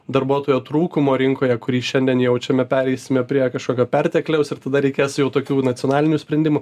darbuotojo trūkumo rinkoje kurį šiandien jaučiame pereisime prie kažkokio pertekliaus ir tada reikės jau tokių nacionalinių sprendimų